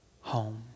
home